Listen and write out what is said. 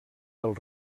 del